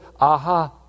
Aha